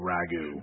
Ragu